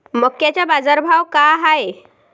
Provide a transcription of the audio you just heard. मक्याचा बाजारभाव काय हाय?